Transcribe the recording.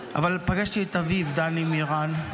אבל פגשתי את אביו דני מירן,